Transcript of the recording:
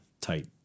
tight